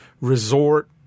resort